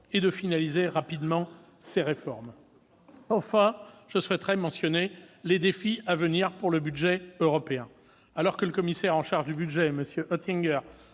et de finaliser rapidement ces réformes ? Enfin, je souhaiterais mentionner les défis à venir pour le budget européen. Alors que le commissaire européen au budget et